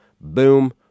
Boom